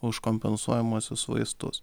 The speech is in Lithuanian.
už kompensuojamuosius vaistus